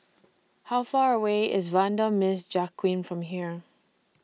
How Far away IS Vanda Miss Joaquim from here